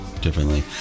differently